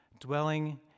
dwelling